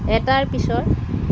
এটাৰ পিছৰ